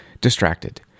distracted